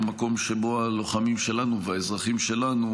או למקום שבו הלוחמים שלנו והאזרחים שלנו